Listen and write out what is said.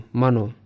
mano